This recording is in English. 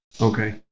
Okay